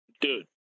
Dude